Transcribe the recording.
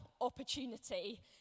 opportunity